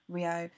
Rio